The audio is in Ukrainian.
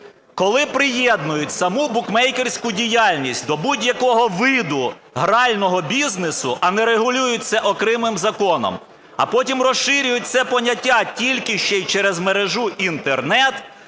коли приєднують саму букмекерську діяльність до будь-якого виду грального бізнесу, а не регулюють це окремим законом, а потім розширюють це поняття тільки ще й "через мережу Інтернет",